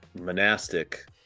monastic